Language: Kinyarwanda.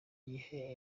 gihe